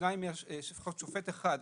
לפחות שופט אחד,